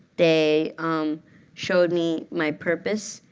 they showed me my purpose.